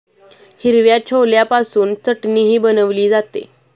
हिरव्या छोल्यापासून चटणीही बनवली जाते